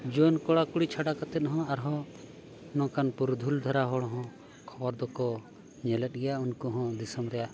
ᱡᱩᱣᱟᱹᱱ ᱠᱚᱲᱟᱼᱠᱩᱲᱤ ᱪᱷᱟᱰᱟ ᱠᱟᱛᱮᱫ ᱦᱚᱸ ᱟᱨᱦᱚᱸ ᱱᱚᱝᱠᱟᱱ ᱯᱩᱨᱩᱫᱷᱩᱞ ᱫᱷᱟᱨᱟ ᱦᱚᱲ ᱦᱚᱸ ᱠᱷᱚᱵᱚᱨ ᱫᱚᱠᱚ ᱧᱮᱞᱮᱫ ᱜᱮᱭᱟ ᱩᱱᱠᱩ ᱦᱚᱸ ᱫᱤᱥᱚᱢ ᱨᱮᱭᱟᱜ